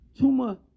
Tuma